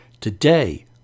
Today